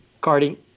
guarding